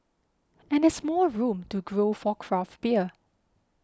and there's more room to grow for craft beer